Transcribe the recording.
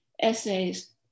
essays